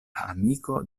amiko